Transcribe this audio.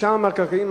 רשם המקרקעין,